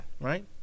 Right